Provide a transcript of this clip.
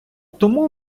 тому